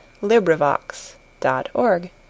LibriVox.org